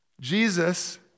Jesus